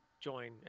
join